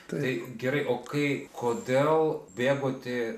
tai gerai o kai kodėl bėgote